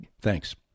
Thanks